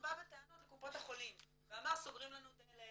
בטענות לקופות החולים ואמר סוגרים לנו דלת,